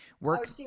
work